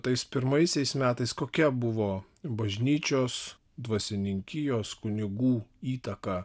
tais pirmaisiais metais kokia buvo bažnyčios dvasininkijos kunigų įtaka